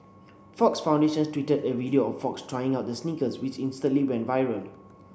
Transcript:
Fox Foundation tweeted a video of Fox trying out the sneakers which instantly went viral